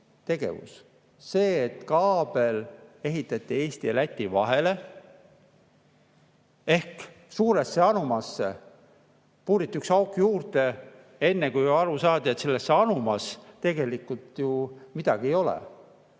see, et kaabel ehitati Eesti ja Läti vahele ehk suurde anumasse puuriti üks auk juurde, enne kui aru saadi, et selles anumas tegelikult ju midagi ei ole.